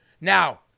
Now